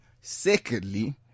Secondly